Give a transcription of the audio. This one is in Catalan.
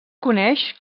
coneix